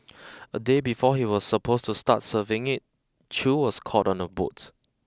a day before he was supposed to start serving it Chew was caught on a boat